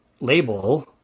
label